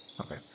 Okay